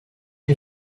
les